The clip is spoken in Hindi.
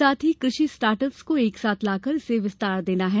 साथ ही कृषि स्टार्ट अप्स को एक साथ लाकर इसे विस्तार देना है